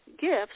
gifts